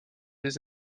des